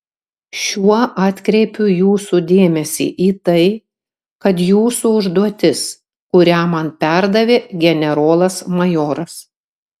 šiuo atkreipiu jūsų dėmesį į tai kad jūsų užduotis kurią man perdavė generolas majoras